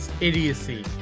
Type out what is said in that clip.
idiocy